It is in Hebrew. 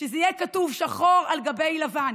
שזה יהיה כתוב שחור על גבי לבן.